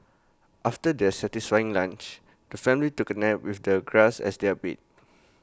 after their satisfying lunch the family took A nap with the grass as their bed